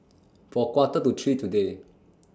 For A Quarter to three today